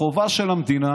החובה של המדינה